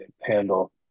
handle